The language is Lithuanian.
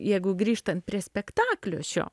jeigu grįžtant prie spektaklio šio